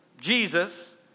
Jesus